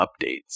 updates